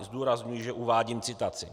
Zdůrazňuji, že uvádím citaci.